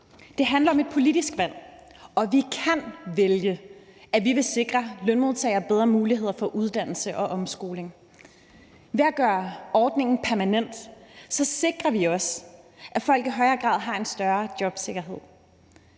Det handler om et politisk valg, og vi kan vælge, at vi vil sikre lønmodtagere bedre muligheder for uddannelse og omskoling. Ved at gøre ordningen permanent sikrer vi også, at folk i højere grad har en større jobsikkerhed.